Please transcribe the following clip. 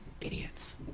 Idiots